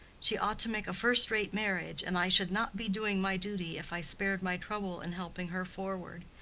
she ought to make a first-rate marriage, and i should not be doing my duty if i spared my trouble in helping her forward.